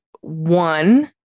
One